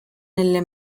nelle